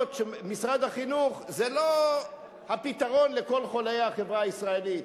שמשרד החינוך זה לא הפתרון לכל חוליי החברה הישראלית,